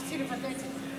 בבקשה.